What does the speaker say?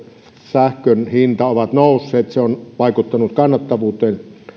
sähkön hinnat ovat nousseet se on vaikuttanut kannattavuuteen